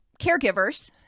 caregivers